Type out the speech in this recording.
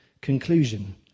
Conclusion